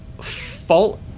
fault